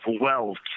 wealth